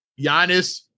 Giannis